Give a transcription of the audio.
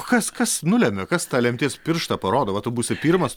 kas kas nulemia kas tą lemties pirštą parodo va tu būsi pirmas